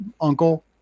uncle